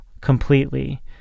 completely